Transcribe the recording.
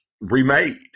remade